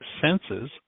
senses